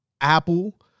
Apple